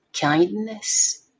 kindness